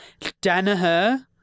Danaher